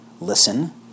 listen